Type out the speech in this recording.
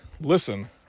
listen